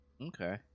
Okay